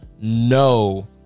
no